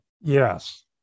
Yes